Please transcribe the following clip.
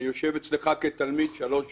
אני יושב אצלך כתלמיד שלוש שנים,